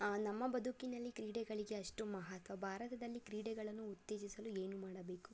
ನಮ್ಮ ಬದುಕಿನಲ್ಲಿ ಕ್ರೀಡೆಗಳಿಗೆ ಎಷ್ಟು ಮಹತ್ವ ಭಾರತದಲ್ಲಿ ಕ್ರೀಡೆಗಳನ್ನು ಉತ್ತೇಜಿಸಲು ಏನು ಮಾಡಬೇಕು